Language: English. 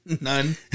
none